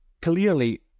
clearly